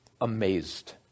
amazed